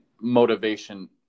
motivation